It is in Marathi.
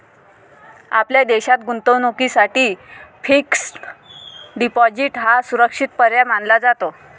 आपल्या देशात गुंतवणुकीसाठी फिक्स्ड डिपॉजिट हा सुरक्षित पर्याय मानला जातो